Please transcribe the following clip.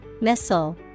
missile